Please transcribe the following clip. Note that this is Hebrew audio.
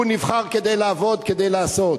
הוא נבחר כדי לעבוד, כדי לעשות.